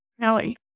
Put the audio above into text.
Ellie